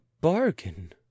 bargain